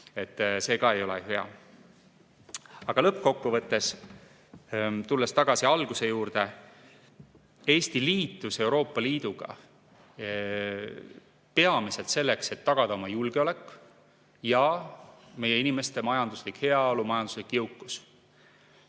See ka ei ole hea. Aga lõppkokkuvõttes. Tulles tagasi alguse juurde, siis Eesti liitus Euroopa Liiduga peamiselt selleks, et tagada oma julgeolek ja meie inimeste majanduslik heaolu, majanduslik jõukus.